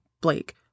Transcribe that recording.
Blake